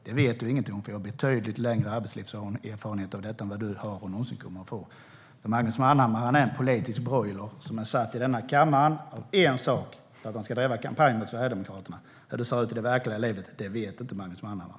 Det vet du ingenting om, för jag har betydligt längre arbetslivserfarenhet än vad du har och någonsin kommer att få. Magnus Manhammar är en politisk broiler som sitter i kammaren för en sak, att driva kampanj mot Sverigedemokraterna. Men hur det ser ut i det verkliga livet, det vet inte Magnus Manhammar.